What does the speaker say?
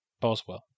Boswell